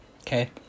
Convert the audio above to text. Okay